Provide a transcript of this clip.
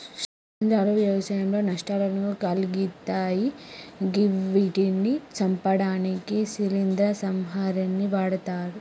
శిలీంద్రాలు వ్యవసాయంలో నష్టాలను కలిగిత్తయ్ గివ్విటిని సంపడానికి శిలీంద్ర సంహారిణిని వాడ్తరు